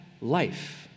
life